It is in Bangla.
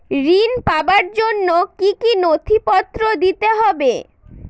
ঋণ পাবার জন্য কি কী নথিপত্র দিতে হবে?